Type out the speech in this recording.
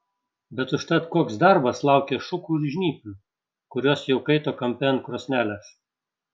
bet užtat koks darbas laukė šukų ir žnyplių kurios jau kaito kampe ant krosnelės